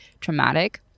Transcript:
traumatic